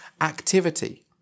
activity